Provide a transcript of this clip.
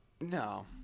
No